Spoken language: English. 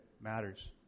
matters